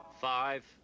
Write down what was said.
Five